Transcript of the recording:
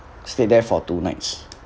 stayed there for two nights